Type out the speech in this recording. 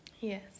Yes